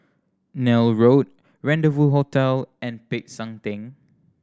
Neil Road Rendezvous Hotel and Peck San Theng